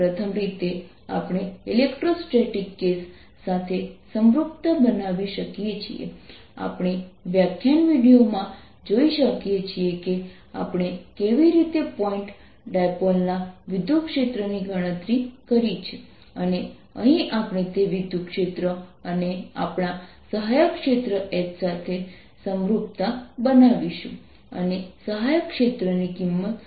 પ્રથમ રીતે આપણે ઇલેક્ટ્રોસ્ટેટિક કેસ સાથે સમરૂપતા બનાવી શકીએ છીએ આપણે વ્યાખ્યાન વિડિઓ માં જોઈ શકીએ છીએ કે આપણે કેવી રીતે ડાયપોલ ના વિદ્યુતક્ષેત્ર ની ગણતરી કરી છે અને અહીં આપણે તે વિદ્યુતક્ષેત્ર અને આપણા સહાયક ક્ષેત્ર H સાથે સમરૂપતા બનાવીશું અને સહાયક ક્ષેત્રની કિંમત શોધીશું